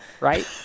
Right